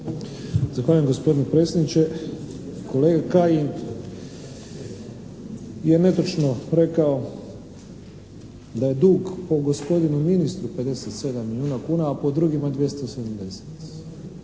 Zahvaljujem gospodine predsjedniče. Kolega Kajin je netočno rekao da je dug po gospodinu ministru 57 milijuna kuna, a po drugima 270. Nije